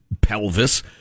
pelvis